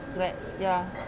like ya